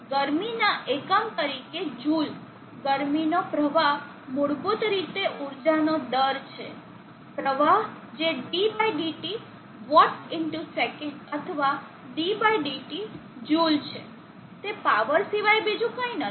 ગરમી ના એકમ તરીકે જુલ ગરમીનો પ્રવાહ મૂળભૂત રીતે ઊર્જાનો દર છે પ્રવાહ જે ddt વોટ સેકન્ડ અથવા ddt જુલ છે જે પાવર સિવાય બીજું કંઈ નથી